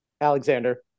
Alexander